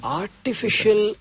artificial